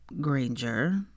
Granger